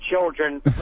children